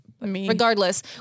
Regardless